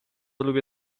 lubię